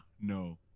no